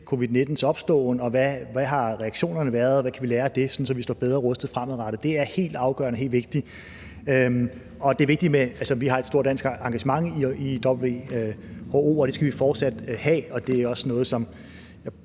covid-19's opståen, hvad reaktionerne har været, og hvad vi kan lære af det, så vi står bedre rustet fremadrettet. Det er helt afgørende og meget vigtigt. Vi har et stort dansk engagement i WHO, og det skal vi fortsat have, og nu står jeg her som